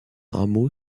hameau